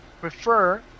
prefer